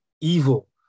evil